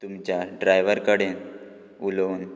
तुमच्या ड्रायव्हरा कडेन उलोवून